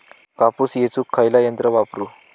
कापूस येचुक खयला यंत्र वापरू?